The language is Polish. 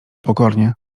pokornie